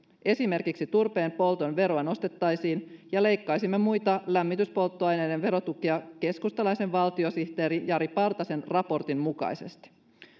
esimerkiksi turpeenpolton veroa nostettaisiin ja leikkaisimme muita lämmityspolttoaineiden verotukia keskustalaisen valtiosihteeri jari partasen raportin mukaisesti